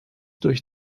durch